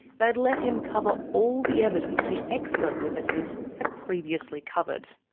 they'd let him cover all the evidence the expert witnesses had previously covered.